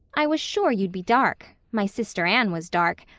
i was sure you'd be dark my sister anne was dark.